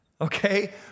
Okay